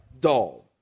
dull